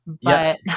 Yes